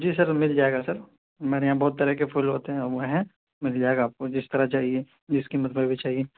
جی sir مل جائے گا سر ہمارے یہاں بہت طرح کے پھول ہوتے ہوئے ہیں مل جائے گا آپ کو جس طرح چاہیے جس قیمت میں بھی چاہیے